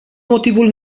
motivul